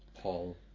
Paul